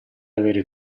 avere